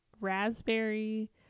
raspberry